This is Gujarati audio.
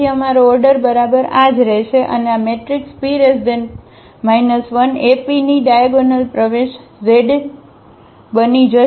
તેથી અમારો ઓર્ડર બરાબર આ જ રહેશે અને આ મેટ્રિક્સP 1APની ડાયાગોનલ પ્રવેશઝ બની જશે